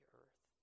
earth